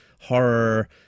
horror